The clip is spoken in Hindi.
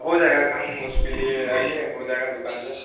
हो जाएगा कम उसके लिए आइए हो जाएगा दुकान पर